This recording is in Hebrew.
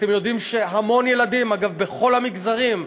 אתם יודעים שהמון ילדים, אגב בכל המגזרים,